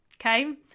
Okay